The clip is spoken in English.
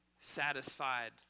satisfied